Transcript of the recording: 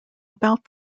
about